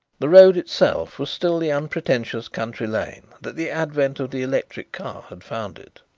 the road itself was still the unpretentious country lane that the advent of the electric car had found it.